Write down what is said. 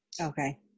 Okay